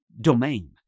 domain